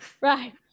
right